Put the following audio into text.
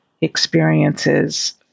experiences